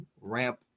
ramp